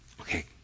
Okay